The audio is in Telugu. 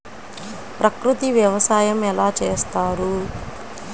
ప్రకృతి వ్యవసాయం ఎలా చేస్తారు?